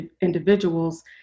individuals